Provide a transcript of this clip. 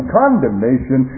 condemnation